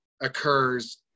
occurs